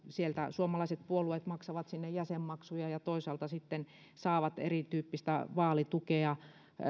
suomalaiset puolueet maksavat sinne jäsenmaksuja ja toisaalta sitten saavat myöskin erityyppistä vaalitukea